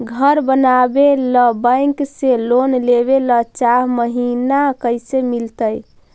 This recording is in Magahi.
घर बनावे ल बैंक से लोन लेवे ल चाह महिना कैसे मिलतई?